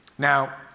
Now